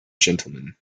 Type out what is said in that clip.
gentleman